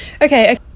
Okay